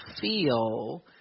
feel